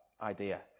idea